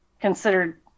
considered